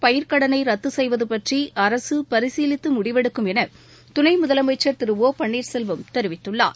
பயிர்க்கடனைரத்துசெய்வதுபற்றிஅரசுபரிசீலித்துமுடிவெடுக்கும் எனதுணைமுதலமைச்சர் திரு ஒ பன்னீர்செல்வம் தெரிவித்துள்ளார்